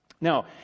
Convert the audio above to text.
Now